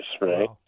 right